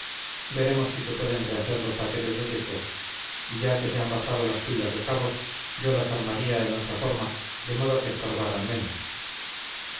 veremos si se pueden rehacer los paquetes deshechos y ya que se han bajado las pilas de cabos yo las armaría en otra forma de modo que estorbaran menos